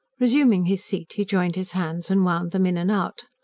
resuming his seat he joined his hands, and wound them in and out.